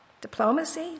diplomacy